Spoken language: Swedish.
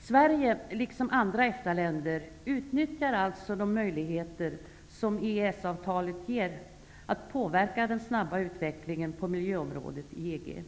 Sverige, liksom andra EFTA-länder, utnyttjar alltså de möjligheter som EES-avtalet ger att påverka den snabba utvecklingen på miljöområdet i EG.